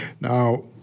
Now